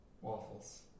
Waffles